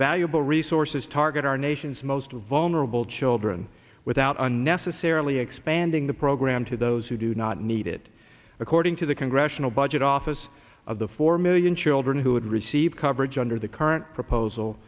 valuable resources target our nation's most vulnerable children without unnecessarily expanding the program to those who do not need it according to the congressional budget office of the four million children who would receive coverage under the current proposal